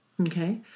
Okay